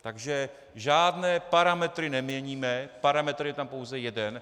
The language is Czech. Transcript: Takže žádné parametry neměníme, parametr je tam pouze jeden.